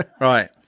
Right